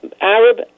Arab